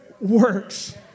works